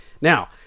Now